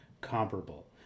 comparable